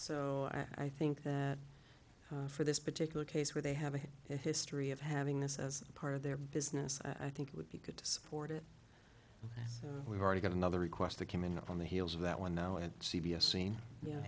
so i think that for this particular case where they have a history of having this as part of their business i think it would be good to support it yes we've already got another request that came in on the heels of that one now at c b s scene you know